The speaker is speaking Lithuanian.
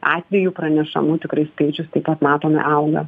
atveju pranešamų tikrai skaičius taip pat matome auga